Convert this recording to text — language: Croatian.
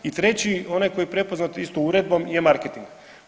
I treći, oni koji je prepoznat isto uredbom je marketing.